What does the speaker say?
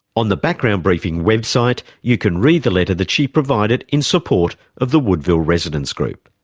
on the background briefing website, you can read the letter that she provided in support of the woodville residents' group.